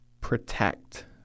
protect